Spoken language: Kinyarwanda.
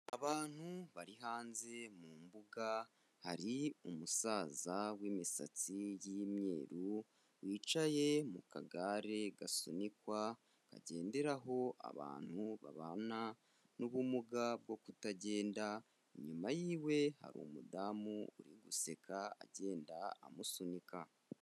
Abantu bari hanze mu mbuga, hari umusaza w'imisatsi y'imyeru, wicaye mu kagare gasunikwa, kagenderaho abantu babana n'ubumuga bwo kutagenda, inyuma yiwe hari umudamu uri guseka agenda amusunika.